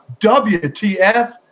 wtf